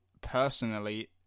personally